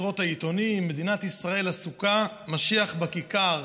בכותרות העיתונים, מדינת ישראל עסוקה: משיח בכיכר.